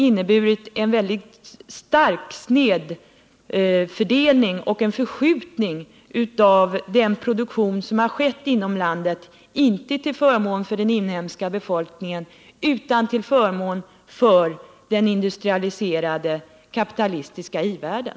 inneburit en mycket stark snedfördelning och förskjutning av den produktion som har skett inom landet — inte till förmån för den inhemska befolkningen utan till förmån för den kapitalistiska i-världen.